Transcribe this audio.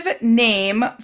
name